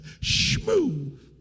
Smooth